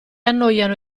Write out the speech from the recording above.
annoiano